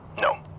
No